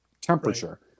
temperature